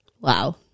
Wow